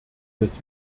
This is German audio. des